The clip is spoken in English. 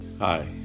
Hi